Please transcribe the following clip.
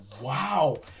wow